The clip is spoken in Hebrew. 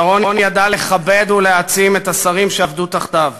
שרון ידע לכבד ולהעצים את השרים שעבדו תחתיו.